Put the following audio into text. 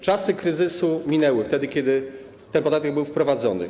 Czasy kryzysu minęły, wtedy kiedy ten podatek był wprowadzony.